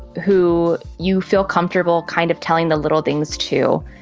who you feel comfortable kind of telling the little things to.